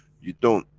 you don't,